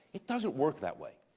it doesn't work that way.